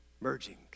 merging